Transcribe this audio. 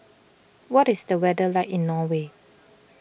what is the weather like in Norway